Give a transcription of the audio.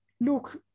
look